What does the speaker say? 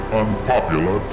unpopular